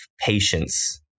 patience